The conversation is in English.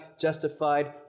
justified